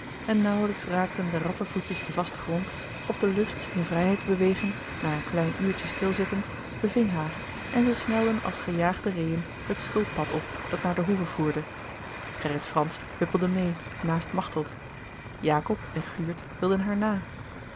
en nauwelijks raakten de rappe voetjes den vasten grond of de lust zich in vrijheid te bewegen na een klein uurtje stilzittens beving haar en ze snelden als gejaagde reeën het schulppad op dat naar de hoeve voerde grerrit fransz huppelde mee naast machteld jacob en guurt wilden haar